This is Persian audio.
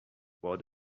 باد